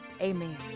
Amen